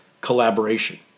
Collaboration